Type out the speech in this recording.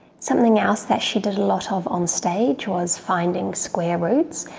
something else that she did a lot of on stage was finding square roots,